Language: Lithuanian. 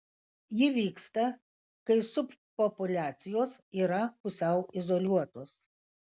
ji vyksta kai subpopuliacijos yra pusiau izoliuotos